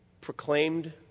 proclaimed